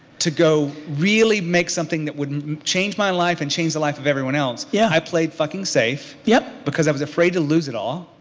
to go really make something that wouldn't change my life and change the life of everyone else. yeah i played fucking safe yep. because i was afraid to it all.